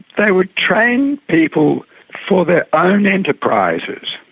they would train people for their own enterprises,